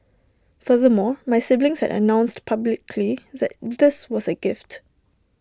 furthermore my siblings had announced publicly that this was A gift